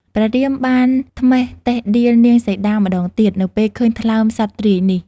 ព្រះរាមបានត្មះតិលដៀលនាងសីតាម្តងទៀត នៅពេលឃើញថ្លើមសត្វទ្រាយនេះ ។